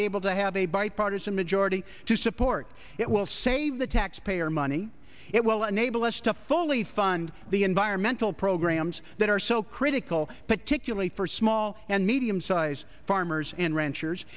be able i have a bipartisan majority to support it will save the taxpayer money it will enable us to fully fund the environmental programs that are so critical particularly for small and medium sized farmers and ranchers